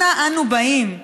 אנה אנו באים?